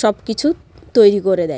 সব কিছু তৈরি করে দেয়